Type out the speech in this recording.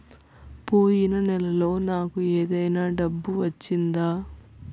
పోయిన నెలలో నాకు ఏదైనా డబ్బు వచ్చిందా?